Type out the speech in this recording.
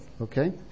okay